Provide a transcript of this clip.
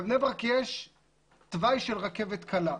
בבני ברק יש תוואי של רכבת קלה.